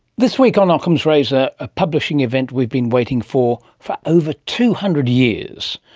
this week on ockham's razor, a publishing event we've been waiting for for over two hundred years.